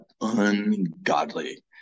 ungodly